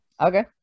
Okay